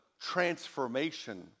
transformation